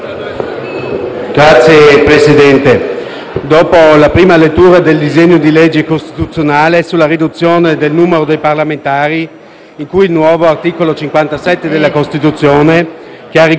in cui il nuovo articolo 57 della Costituzione ha riconosciuto alle Province autonome un numero minimo di tre senatori per ciascuna di esse, parificandole di fatto e di diritto alle 19 Regioni esistenti in Italia,